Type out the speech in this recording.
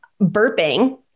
burping